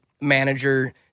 manager